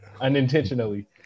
unintentionally